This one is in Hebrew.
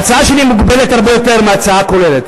ההצעה שלי מוגבלת הרבה יותר מההצעה הכוללת.